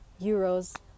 euros